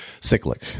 cyclic